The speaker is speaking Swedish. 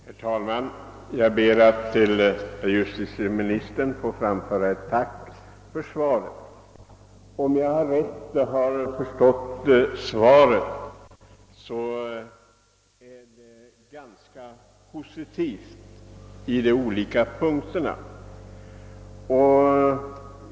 Herr talman! Jag ber att till justitieministern få framföra mitt tack för svaret, som är ganska positivt i de olika punkterna, om jag har läst det rätt.